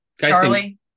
Charlie